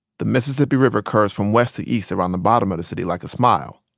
the mississippi river curves from west to east around the bottom of the city like a smile.